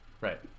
right